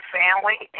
family